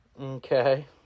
Okay